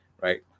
right